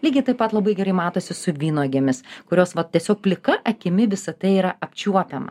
lygiai taip pat labai gerai matosi su vynuogėmis kurios va tiesiog plika akimi visa tai yra apčiuopiama